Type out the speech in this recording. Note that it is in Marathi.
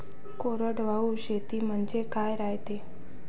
कोरडवाहू शेती म्हनजे का रायते?